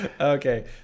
Okay